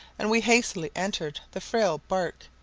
and we hastily entered the frail bark,